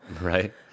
right